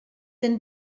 den